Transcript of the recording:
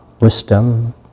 wisdom